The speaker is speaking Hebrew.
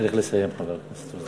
צריך לסיים, חבר הכנסת רוזנטל.